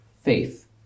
Faith